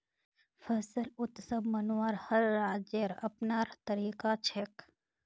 फसल उत्सव मनव्वार हर राज्येर अपनार तरीका छेक